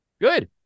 Good